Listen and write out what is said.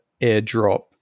airdrop